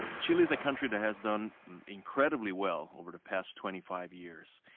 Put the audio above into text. chile is a country that has done incredibly well over the past twenty five years.